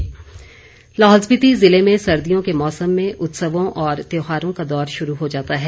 हालड़ा उत्सव लाहौल स्पीति ज़िले में सर्दियों के मौसम में उत्सवों और त्योहारों का दौर शुरू हो जाता है